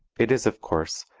it is, of course,